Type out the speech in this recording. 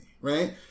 Right